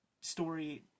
Story